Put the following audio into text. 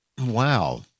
Wow